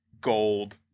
gold